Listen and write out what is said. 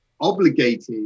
obligated